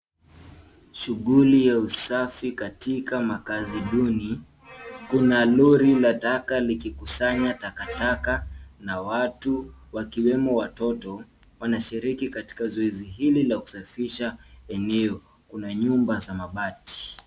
Shughuli ya usafi katika makazi duni. Kuna lori la taka likikusanya takataka na watu wakiwemo watoto wanashiriki katika zoezi hili la kusafisha eneo. Kuna nyumba za mabati.